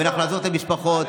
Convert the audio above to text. אנחנו נעזוב את המשפחות.